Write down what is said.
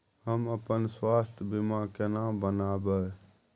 हम अपन स्वास्थ बीमा केना बनाबै?